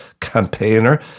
campaigner